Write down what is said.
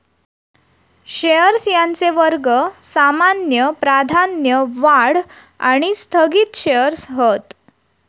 shares यांचे वर्ग सामान्य, प्राधान्य, वाढ आणि स्थगित शेअर्स हत